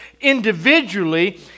individually